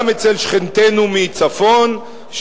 גם אצל שכנתנו מצפון,